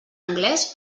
anglès